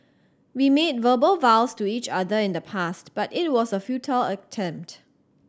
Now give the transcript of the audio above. we made verbal vows to each other in the past but it was a futile attempt